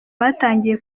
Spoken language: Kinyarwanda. batangiye